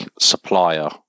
supplier